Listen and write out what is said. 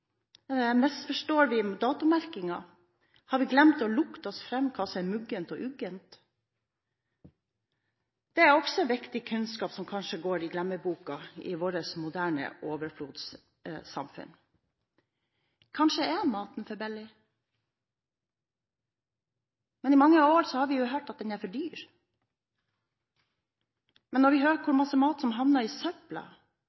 vi datomerkingen? Har vi glemt å lukte oss fram til hva som er muggent og uggent? Det er også en viktig kunnskap som kanskje går i glemmeboka i vårt moderne overflodssamfunn. Kanskje er maten for billig? Men i mange år har vi jo hørt at den er for dyr? Men når vi hører